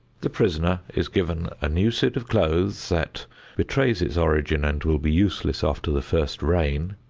the prisoner is given a new suit of clothes that betrays its origin and will be useless after the first rain,